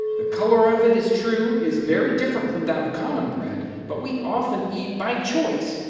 the color of it is true, is very different from that of common bread, but we often eat, by choice,